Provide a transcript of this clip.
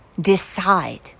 decide